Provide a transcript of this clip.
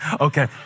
Okay